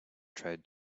tried